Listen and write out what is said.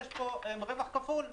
יש פה רווח כפול,